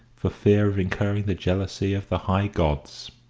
for fear of incurring the jealousy of the high gods.